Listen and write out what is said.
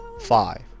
five